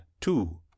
two